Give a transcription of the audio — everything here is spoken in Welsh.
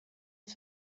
mae